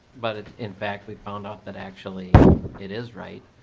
but it in fact we found out that actually it is right